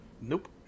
Nope